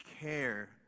care